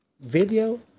Video